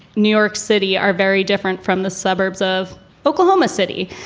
new york city are very different from the suburbs of oklahoma city.